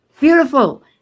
Beautiful